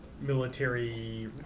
military